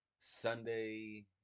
Sunday